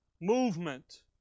movement